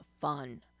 fun